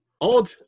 Odd